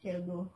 cheryl goh